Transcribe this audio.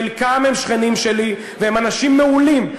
חלקם שכנים שלי, והם אנשים מעולים.